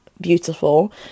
beautiful